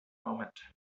moment